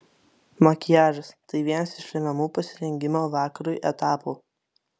makiažas tai vienas iš lemiamų pasirengimo vakarui etapų